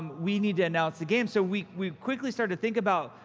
we need to announce the game. so we we quickly started to think about,